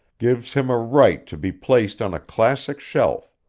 gives him a right to be placed on a classic shelf,